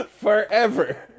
forever